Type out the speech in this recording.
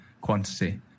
quantity